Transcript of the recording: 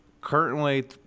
currently